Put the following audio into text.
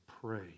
pray